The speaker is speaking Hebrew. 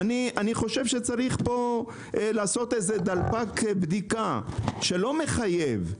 אני חושב שצריך לעשות דלפק בדיקה לא מחייב,